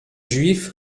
juif